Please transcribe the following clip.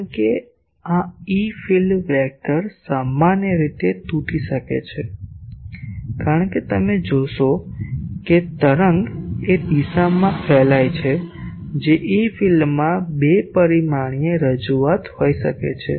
કારણ કે આ ઇ ફીલ્ડ સદિશ સામાન્ય રીતે તૂટી શકે છે કારણ કે તમે જોશો કે તરંગ એ દિશામાં ફેલાય છે જે ઇ ફીલ્ડમાં 2 પરિમાણીય રજૂઆત હોઈ શકે છે